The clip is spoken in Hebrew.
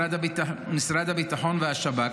משרד הביטחון והשב"כ,